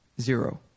zero